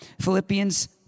Philippians